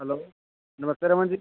hello नमस्ते रमन जी